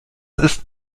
ist